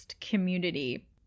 community